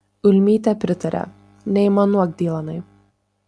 ulmytė pritarė neaimanuok dylanai